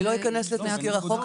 אני לא אכנס לתסקיר החוק,